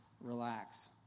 relax